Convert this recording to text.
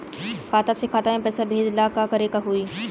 खाता से खाता मे पैसा भेजे ला का करे के होई?